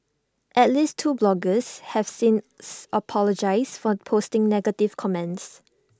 at least two bloggers have since apologised for posting negative comments